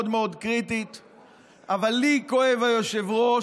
מאוד מאוד קריטית, אבל לי כואב, היושב-ראש,